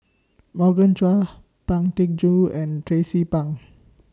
Morgan Chua Pang Teck Joon and Tracie Pang